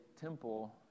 temple